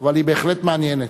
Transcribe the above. אבל היא בהחלט מעניינת.